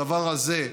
הדבר הזה,